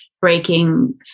breaking